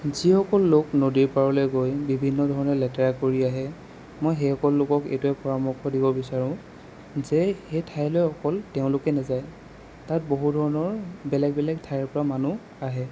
যিসকল লোক নদীৰ পাৰলৈ গৈ বিভিন্ন ধৰণে লেতেৰা কৰি আহে মই সেইসকল লোকক এইটোৱে পৰামৰ্শ দিব বিচাৰোঁ যে এই ঠাইলৈ অকল তেওঁলোকেই নাযায় তাত বহু ধৰণৰ বেলেগ বেলেগ ঠাইৰ পৰা মানুহ আহে